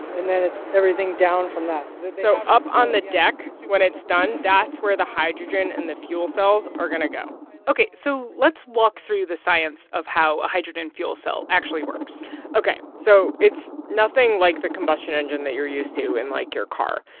and then it's everything down from that so up on the deck when it's done, that's where the hydrogen and the fuel cells are going to go ok. so let's walk through the science of how a hydrogen fuel cell actually works ok. so it's nothing like the combustion engine that you're used to in, like, your car.